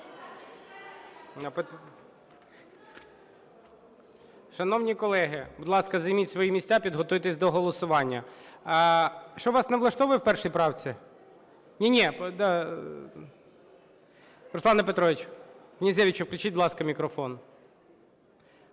Шановні колеги, будь ласка, займіть свої місця, підготуйтеся до голосування. Що вас не влаштовує у першій правці? Руслане Петровичу Князевичу включіть, будь ласка, мікрофон.